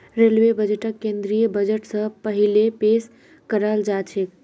railway बजटक केंद्रीय budget स पहिले पेश कराल जाछेक